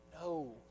No